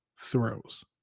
throws